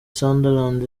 sunderland